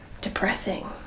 depressing